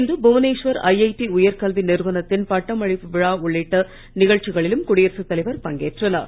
இன்று புவனேஷ்வர் ஐடி உயர்கல்வி நிறுவனத்தின் பட்டமளிப்பு விழா உள்ளிட்ட நிகழ்ச்சிகளிலும் குடியரசுத் தலைவர் பங்கேற்றார்